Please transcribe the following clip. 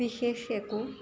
বিশেষ একো